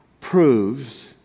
proves